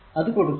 അത് കൊടുക്കുക